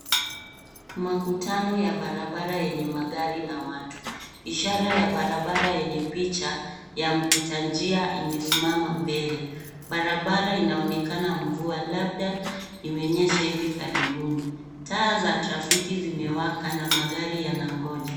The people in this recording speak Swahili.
Makutano ya barabara yenye magari na watu ishara ya barabara yenye picha ya mpita njia imesimama mbele barabara inaonekana mvua labda imenyesha hivi karibuni. Taa za trafiki zimewaka na magari yanangoja.